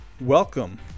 Welcome